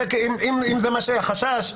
אם זה החשש,